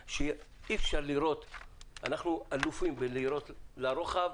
אנחנו אלופים בלראות לרוחב,